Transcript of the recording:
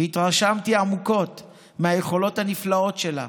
והתרשמתי עמוקות מהיכולות הנפלאות שלה.